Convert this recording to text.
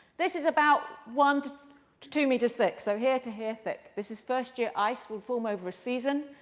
this is about one to two meters thick. so here to here thick. this is first year ice, will form over season.